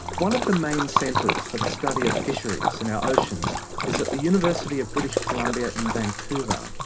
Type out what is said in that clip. one of the main centres for the study of fisheries in our oceans is at the university of british colombia in vancouver.